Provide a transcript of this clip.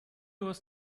was